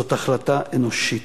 זאת החלטה אנושית.